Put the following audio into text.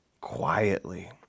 quietly